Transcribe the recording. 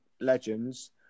Legends